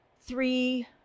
three